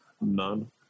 None